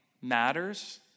matters